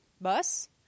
Bus